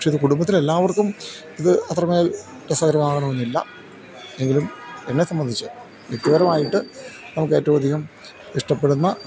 പക്ഷെ ഇത് കുടുംബത്തിൽ എല്ലാവർക്കും ഇത് അത്രമേൽ രസകരമാകണമെന്നില്ല എങ്കിലും എന്നെ സംബന്ധിച്ച് വ്യക്തിപരമായിട്ട് നമുക്ക് ഏറ്റവും അധികം ഇഷ്ടപ്പെടുന്ന